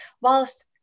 Whilst